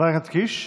חבר הכנסת קיש.